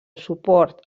suport